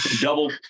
double